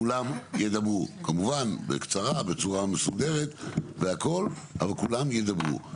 כולם ידברו כמובן בקצרה בצורה מסודרת והכל אבל כולם ידברו,